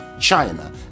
China